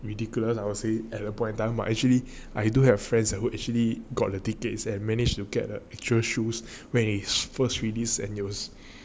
ridiculous I would say at a point in time or actually I do have friends who actually got their tickets and managed to get the actual shoes when his first release and use